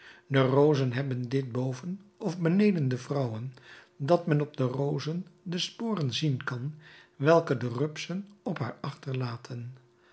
de rozen hebben dit boven of beneden de vrouwen dat men op de rozen de sporen zien kan welke de rupsen op haar achterlaten